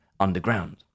underground